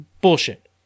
Bullshit